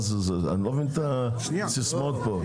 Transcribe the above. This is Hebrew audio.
אני לא מבין את הסיסמאות פה.